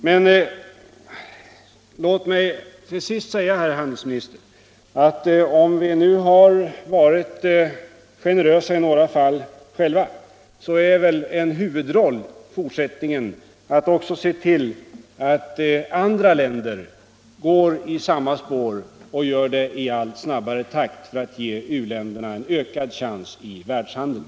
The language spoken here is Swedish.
Men låt mig till sist säga, herr handelsminister, att om vi nu själva har varit generösa i några fall, så är väl en huvudroll i fortsättningen att också se till att andra länder går i samma spår och gör det i allt snabbare takt för att ge u-länderna en ökad chans i världshandeln.